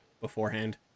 beforehand